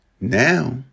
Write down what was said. Now